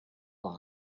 par